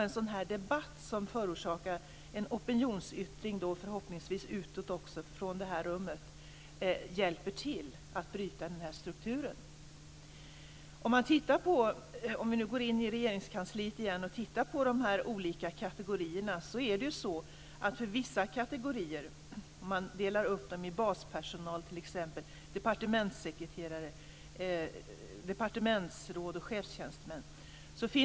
En sådan här debatt, som förhoppningsvis också förorsakar en opinionsyttring utåt, hjälper till att bryta denna struktur. Om vi går in i Regeringskansliet igen och tittar på de olika kategorierna kan vi dela upp personalen i t.ex. baspersonal, departementssekreterare, departementsråd och chefstjänstemän.